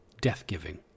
death-giving